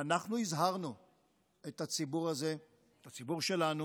ואנחנו הזהרנו את הציבור הזה, את הציבור שלנו,